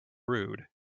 rude